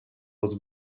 was